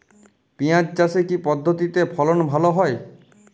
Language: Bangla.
পিঁয়াজ চাষে কি পদ্ধতিতে ফলন ভালো হয়?